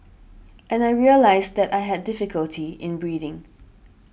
and I realised that I had difficulty in breathing